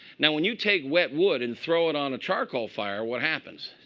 now, when you take wet wood and throw it on a charcoal fire, what happens?